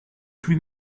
plus